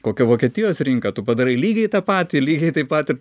kokia vokietijos rinka tu padarai lygiai tą patį lygiai taip pat ir